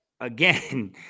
again